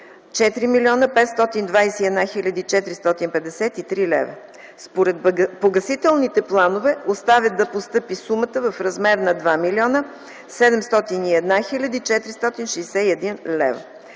4 млн. 521 хил. 453 лв. Според погасителните планове остава да постъпи сума в размер на 2 млн. 701 хил. 461 лв.